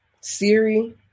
Siri